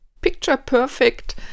picture-perfect